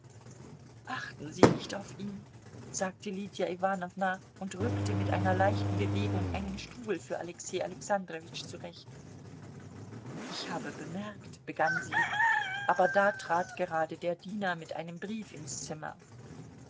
achten sie nicht auf ihn sagte lydia iwanowna und rückte mit einer leichten bewegung einen stuhl für alexei alexandrowitsch zurecht ich habe bemerkt begann sie aber da trat gerade der diener mit einem brief ins zimmer